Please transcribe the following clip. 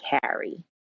carry